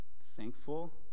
thankful